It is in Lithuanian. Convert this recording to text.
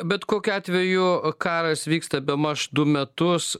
bet kokiu atveju karas vyksta bemaž du metus